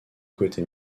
côté